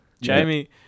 Jamie